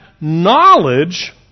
knowledge